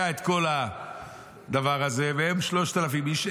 היה את כל הדבר הזה, והם 3,000 איש.